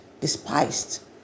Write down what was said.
despised